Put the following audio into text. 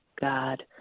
God